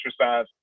exercise